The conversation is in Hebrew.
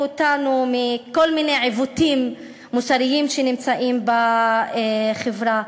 אותנו מכל מיני עיוותים מוסריים שנמצאים בחברה.